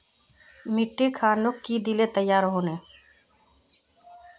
मिट्टी खानोक की दिले तैयार होने?